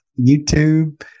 YouTube